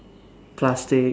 plastic